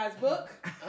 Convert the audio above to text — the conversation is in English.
book